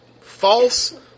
false